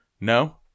No